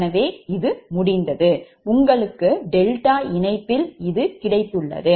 எனவே இது முடிந்ததும் உங்களுக்கு டெல்டா இணைப்பில் இருக்கும்